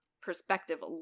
perspective